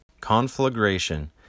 conflagration